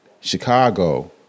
chicago